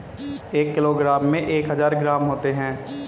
एक किलोग्राम में एक हजार ग्राम होते हैं